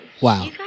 wow